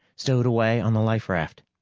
stowed away on the life raft.